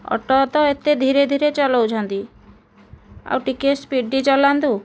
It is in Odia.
ଅଟୋ ତ ଏତେ ଧୀରେ ଧୀରେ ଚଲାଉଛନ୍ତି ଆଉ ଟିକେ ସ୍ପିଡ଼ି ଚଲାନ୍ତୁ